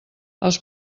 els